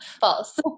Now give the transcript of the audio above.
False